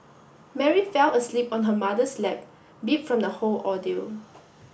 Mary fell asleep on her mother's lap beat from the whole ordeal